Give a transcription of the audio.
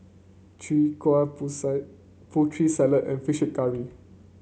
Chai Kueh pusa Putri Salad and fish curry